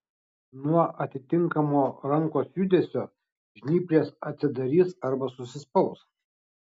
nuo atitinkamo rankos judesio žnyplės atsidarys arba susispaus